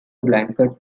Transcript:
blanket